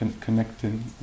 connecting